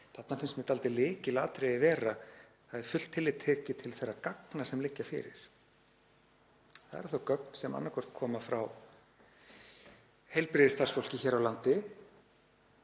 Þarna finnst mér lykilatriði vera að fullt tillit sé tekið til þeirra gagna sem liggja fyrir. Það eru þau gögn sem annaðhvort koma frá heilbrigðisstarfsfólki hér á landi